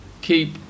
keep